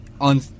On